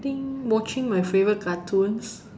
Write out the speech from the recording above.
I think watching my favourite cartoons